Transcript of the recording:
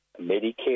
Medicare